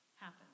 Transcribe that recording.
happen